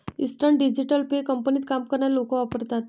instant digital pay कंपनीत काम करणारे लोक वापरतात